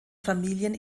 familien